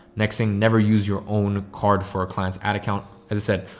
next thing, never use your own card for our client's ad account. as i said,